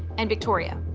and victoria.